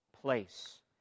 place